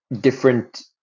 different